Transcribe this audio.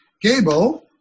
Gable